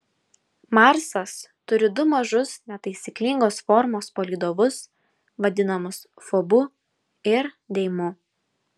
marsas turi du mažus netaisyklingos formos palydovus vadinamus fobu ir deimu